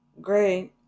Great